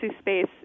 space